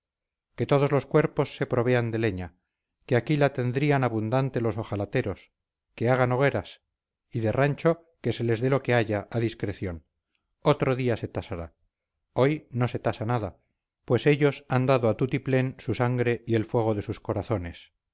que todos los cuerpos se provean de leña que aquí la tendrían abundante los ojalateros que hagan hogueras y de rancho que se les dé lo que haya a discreción otro día se tasará hoy no se tasa nada pues ellos han dado a tutiplén su sangre y el fuego de sus corazones